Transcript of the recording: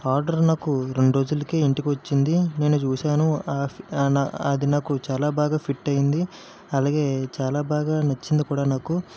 ఆ ఆర్డర్ నాకు రెండు రోజులకే ఇంటికి వచ్చింది నేను చూశాను అది నాకు చాలా బాగా ఫిట్ అయింది అలాగే చాలా బాగా నచ్చింది కూడా నాకు